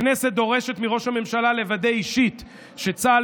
הכנסת דורשת מראש הממשלה לוודא אישית שצה"ל